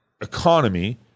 economy